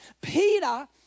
Peter